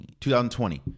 2020